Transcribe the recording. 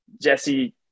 Jesse